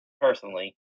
personally